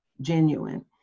genuine